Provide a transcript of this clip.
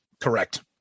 Correct